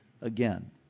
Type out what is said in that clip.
again